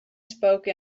spoke